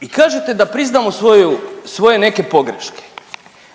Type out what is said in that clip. I kažete da priznamo svoje neke pogreške,